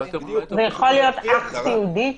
זה יכול להיות אח סיעודי?